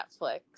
Netflix